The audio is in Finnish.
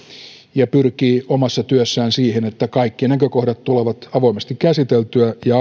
ja pyrkii omassa työssään siihen että kaikki näkökohdat tulevat avoimesti käsitellyiksi ja